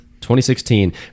2016